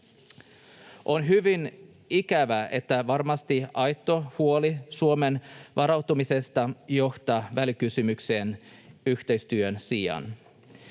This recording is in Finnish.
On hyvin ikävää, että varmasti aito huoli Suomen varautumisesta johtaa välikysymykseen yhteistyön sijaan.